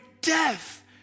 death